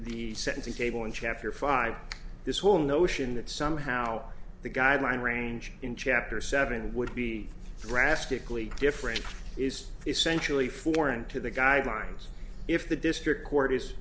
the sentencing table in chapter five this whole notion that somehow the guideline range in chapter seven and would be drastically different is essentially foreign to the guidelines if the district court is